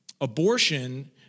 abortion